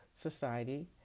society